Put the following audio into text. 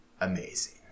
amazing